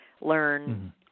learn